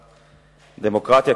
דמוקרטיה,